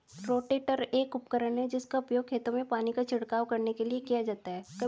rotator एक उपकरण है जिसका उपयोग खेतों में पानी का छिड़काव करने के लिए किया जाता है